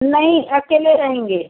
नहीं अकेले रहेंगे